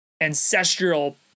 ancestral